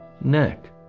neck